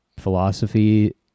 philosophy